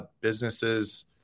businesses